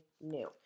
new